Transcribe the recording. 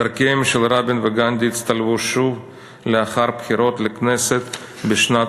דרכיהם של רבין וגנדי הצטלבו שוב לאחר הבחירות לכנסת בשנת